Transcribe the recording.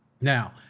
Now